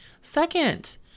Second